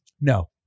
No